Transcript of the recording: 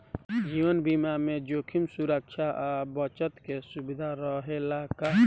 जीवन बीमा में जोखिम सुरक्षा आ बचत के सुविधा रहेला का?